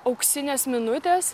auksinės minutės